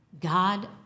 God